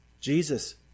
Jesus